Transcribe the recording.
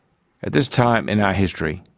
at this time in our history,